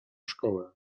szkołę